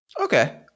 okay